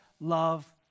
love